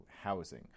housing